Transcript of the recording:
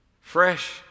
Fresh